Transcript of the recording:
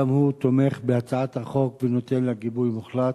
גם הוא תומך בהצעת החוק ונותן לה גיבוי מוחלט.